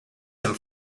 some